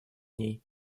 дней